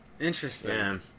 Interesting